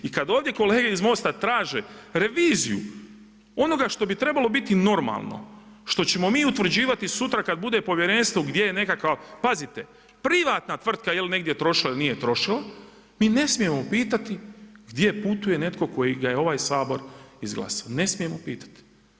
I kada ovdje kolege iz MOST-a traže reviziju onoga što bi trebalo biti normalno, što ćemo mi utvrđivati sutra kada bude Povjerenstvo gdje je nekakav, pazite privatna tvrtka je li negdje trošila ili nije trošila, mi ne smijemo pitati gdje putuje netko kojega je ovaj Sabor izglasao, ne smijemo pitati.